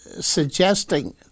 suggesting